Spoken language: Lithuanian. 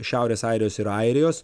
šiaurės airijos ir airijos